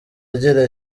agira